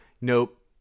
Nope